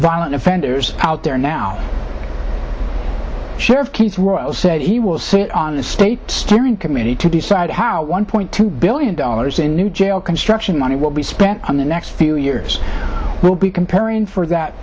violent offenders out there now share of kids rose said he will sit on the state steering committee to decide how one point two billion dollars in new jail construction money will be spent on the next few years we'll be comparing for that